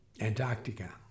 Antarctica